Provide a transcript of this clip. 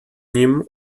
nim